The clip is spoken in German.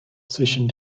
zwischen